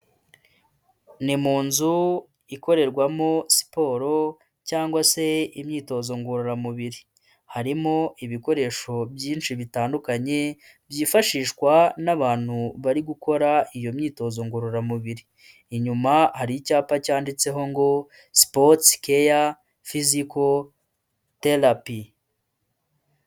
Ni mu nzu ikorerwamo siporo cyangwa se imyitozo ngororamubiri, harimo ibikoresho byinshi bitandukanye byifashishwa n'abantu bari gukora iyo myitozo ngororamubiri, inyuma hari icyapa cyanditseho ngo sipoti kaya fiziko terapi.